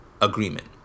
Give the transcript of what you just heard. agreement